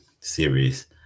series